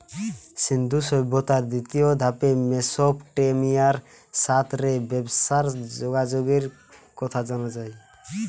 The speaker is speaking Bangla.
সিন্ধু সভ্যতার দ্বিতীয় ধাপে মেসোপটেমিয়ার সাথ রে ব্যবসার যোগাযোগের কথা জানা যায়